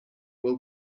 will